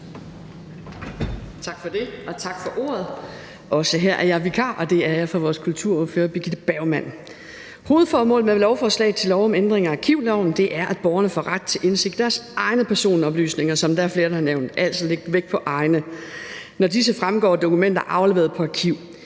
Tak for det, og tak for ordet. Også her er jeg vikar, og det er jeg for vores kulturordfører Birgitte Bergman. Hovedformålet med lovforslag til lov om ændring af arkivloven er, at borgerne får ret til indsigt i deres egne personoplysninger, som flere har nævnt, altså med vægt på egne, når disse fremgår af dokumenter afleveret på arkiv.